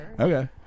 Okay